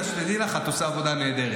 שתדעי לך, את עושה עבודה נהדרת.